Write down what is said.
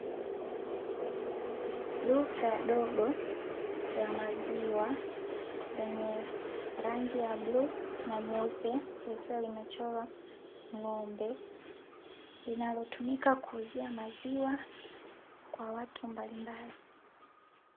Duka dogo la maziwa lenye rangi ya bluu na nyeupe, likiwa limechorwa ng'ombe, linalotumika kuuzia maziwa kwa watu mbalimbali.